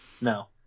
No